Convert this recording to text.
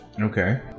Okay